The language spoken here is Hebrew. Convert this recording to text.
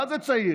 מה זה צעיר?